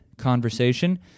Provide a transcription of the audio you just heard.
Conversation